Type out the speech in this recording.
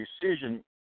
decision